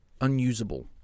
unusable